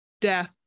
death